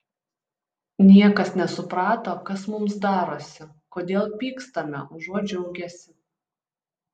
niekas nesuprato kas mums darosi kodėl pykstame užuot džiaugęsi